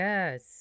Yes